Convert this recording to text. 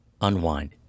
unwind